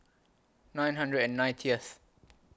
nine hundred and ninetieth